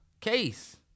case